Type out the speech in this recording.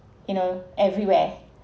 you know everywhere